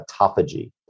autophagy